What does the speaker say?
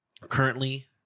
Currently